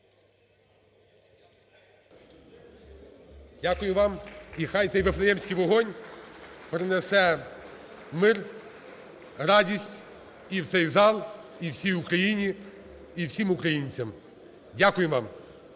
Дякую вам. І хай цеВифлеємський вогонь принесе мир, радість і в цей зал, і всій Україні, і всім українцям. Дякую вам.